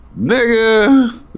nigga